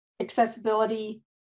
accessibility